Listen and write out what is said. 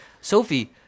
Sophie